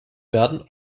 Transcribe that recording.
werden